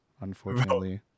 unfortunately